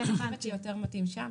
אני חושבת שיותר מתאים שם,